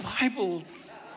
Bibles